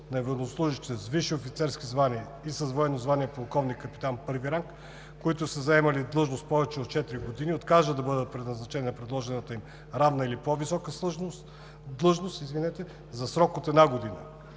за военнослужещите с висши офицерски звания и с военно звание „полковник“ („капитан І ранг“), които са заемали длъжност повече от 4 години и откажат да бъдат преназначени на предложената им равна или по-висока длъжност за срок една година.